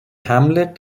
hamlet